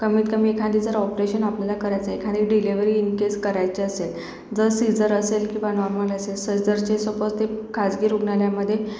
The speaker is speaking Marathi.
कमीतकमी एखादे जर ऑपरेशन आपल्याला करायच आहे एखादी डिलेव्हरी इन केस करायचे असेल जर सीझर असेल किंवा नॉर्मल असेल सर्जर जे सपोज तर ते खाजगी रुग्णालयामधे